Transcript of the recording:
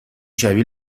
شبیه